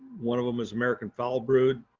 one of them is american foulbrood.